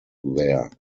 there